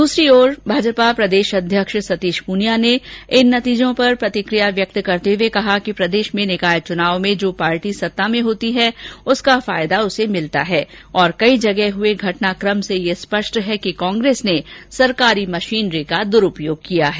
दूसरी ओर भाजपा प्रदेशाध्यक्ष सतीश पूनिया ने इन नतीजों पर प्रतिकिया व्यक्त करते हुए कहा कि प्रदेश में निकाय चुनाव में जो पार्टी सत्ता में होती है उसका फायदा उसे मिलता रहा है और कई जगह हुए घटनाकमों से यह स्पष्ट है कि कांग्रेस ने सरकारी मशीनरी का दुरूपयोग किया है